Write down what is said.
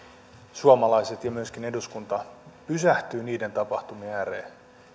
suomalaiset ja myöskin eduskunta pysähtyvät niiden tapahtumien ääreen